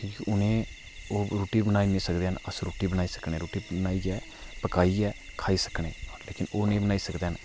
क्योंकि उ'नें ओह् रुट्टी बनाई निं सकदे हैन अस रुट्टी बनाई सकने आं रुट्टी बनाइये पकाइये खाई सकने आं लेकिन ओह् निं बनाई सकदे हैन